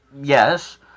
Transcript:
Yes